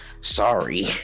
sorry